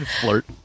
flirt